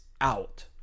out